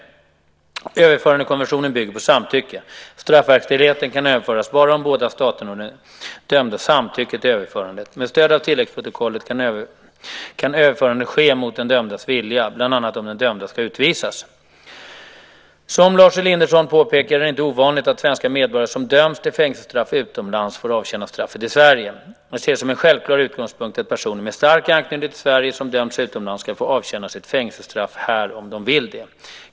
Överförandekonventionen bygger på samtycke; straffverkställigheten kan överföras bara om båda staterna och den dömde samtycker till överförandet. Med stöd av tilläggsprotokollet kan överförande ske mot den dömdes vilja, bland annat om den dömde ska utvisas. Som Lars Elinderson påpekar är det inte ovanligt att svenska medborgare som döms till fängelsestraff utomlands får avtjäna straffet i Sverige. Jag ser det som en självklar utgångspunkt att personer med stark anknytning till Sverige som dömts utomlands ska få avtjäna sitt fängelsestraff här om de vill det.